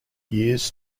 years